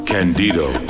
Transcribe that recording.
Candido